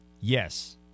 Yes